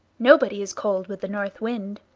nobody is cold with the north wind.